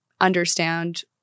understand